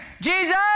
Jesus